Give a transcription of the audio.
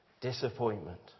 disappointment